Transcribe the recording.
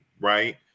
right